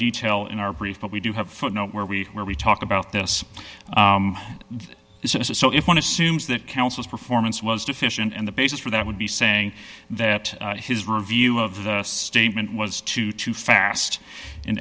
detail in our brief but we do have a footnote where we where we talk about this this is so if one assumes that councils performance was deficient and the basis for that would be saying that his review of the statement was too too fast in